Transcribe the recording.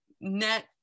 Net